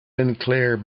sinclair